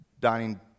dining